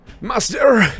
Master